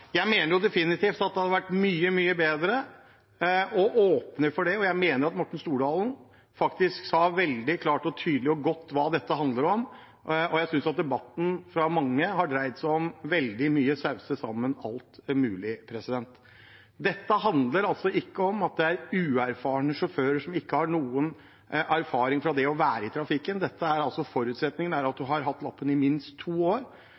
Jeg mener definitivt at det hadde vært mye, mye bedre å åpne for det. Jeg mener Morten Stordalen sa veldig klart og tydelig og godt hva dette handler om, og jeg synes debatten hos mange har dreid seg veldig mye om å sause sammen alt som er mulig. Dette handler ikke om uerfarne sjåfører som ikke har noen erfaring med det å være i trafikken. Forutsetningen er at man har hatt lappen i minst to år.